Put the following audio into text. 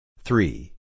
Three